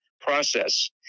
process